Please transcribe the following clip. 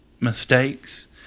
mistakes